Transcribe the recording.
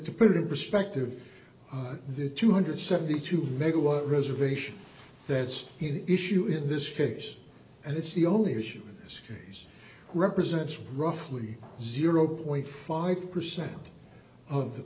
to put in perspective the two hundred seventy two megawatt reservation that's in issue in this case and it's the only issue in this case represents roughly zero point five percent of the